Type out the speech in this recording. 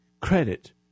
Credit